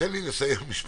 תן לי לסיים משפט.